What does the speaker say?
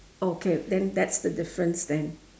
okay then that's the difference then